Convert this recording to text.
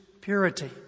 purity